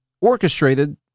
orchestrated